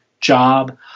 job